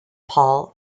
paul